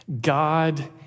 God